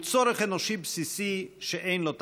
הוא צורך אנושי בסיסי שאין לו תחליף.